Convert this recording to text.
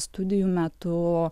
studijų metu